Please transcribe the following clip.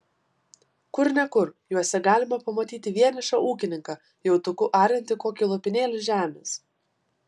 kur ne kur juose galima pamatyti vienišą ūkininką jautuku ariantį kokį lopinėlį žemės